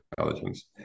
intelligence